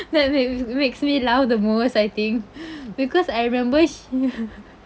that make makes me laugh the most I think because I remember she